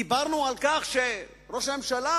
דיברנו על כך שראש הממשלה,